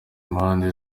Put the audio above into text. impande